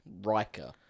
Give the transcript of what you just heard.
Riker